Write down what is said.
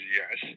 yes